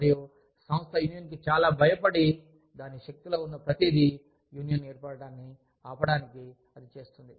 మరియు సంస్థ యూనియన్కి చాలా భయపడి దాని శక్తిలో ఉన్న ప్రతిదీ యూనియన్ ఏర్పడటాన్ని ఆపడానికి అది చేస్తుంది